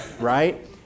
right